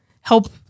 help